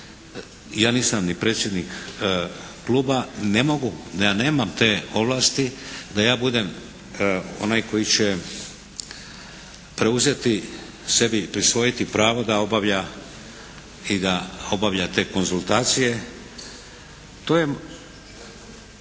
Ja nisam ni predsjednik kluba. Ne mogu, ja nemam te ovlasti da ja budem onaj koji će preuzeti, sebi prisvojiti pravo da obavlja i da obavlja te konzultacije. To je